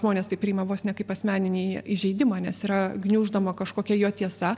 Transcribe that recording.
žmonės tai priima vos ne kaip asmeninį įžeidimą nes yra gniuždoma kažkokia jo tiesa